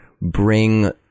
bring